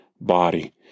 body